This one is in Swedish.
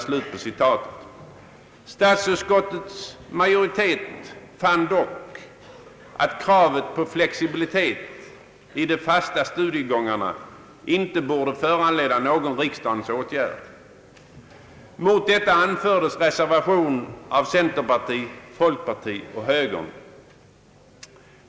Statsutskottets majoritet fann att kravet på flexibilitet i de fasta studiegångarna inte borde föranleda någon riksdagens åtgärd. Mot detta anfördes reservation av centerpartiet, folkpartiet och moderata samlingspartiet.